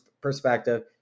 perspective